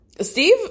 steve